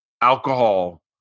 alcohol